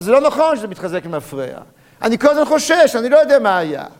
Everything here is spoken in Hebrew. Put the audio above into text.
זה לא נכון שזה מתחזק ומפריע. אני כל הזמן חושש, אני לא יודע מה היה.